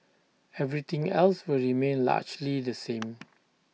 everything else will remain largely the same